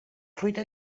fruita